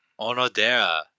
Onodera